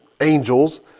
angels